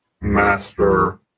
master